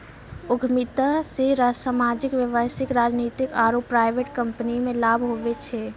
उद्यमिता से सामाजिक व्यवसायिक राजनीतिक आरु प्राइवेट कम्पनीमे लाभ हुवै छै